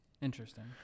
Interesting